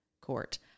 Court